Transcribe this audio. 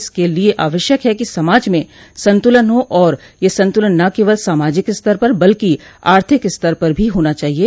इसके लिये आवश्यक है कि समाज में संतुलन हो और यह संतुलन न केवल सामाजिक स्तर पर बल्कि आर्थिक स्तर पर भी होना चाहिये